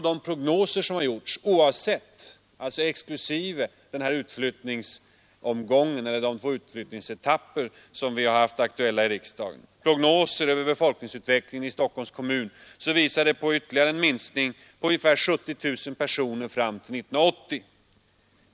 De prognoser som gjorts — bortsett från de två utflyttningsetapper som är aktuella — över befolkningsutvecklingen i Stockholms kommun visar en ytterligare minskning med ungefär 70 000 personer fram till 1980.